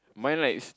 mine like s~